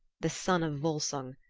the son of volsung,